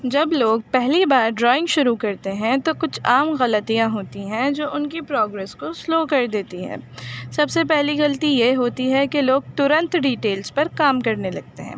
جب لوگ پہلی بار ڈرائنگ شروع کرتے ہیں تو کچھ عام غلطیاں ہوتی ہیں جو ان کی پروگریس کو سلو کر دیتی ہے سب سے پہلی غلطی یہ ہوتی ہے کہ لوگ ترنت ڈیٹیلس پر کام کرنے لگتے ہیں